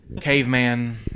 Caveman